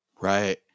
Right